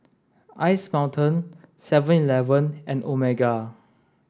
Ice Mountain seven eleven and Omega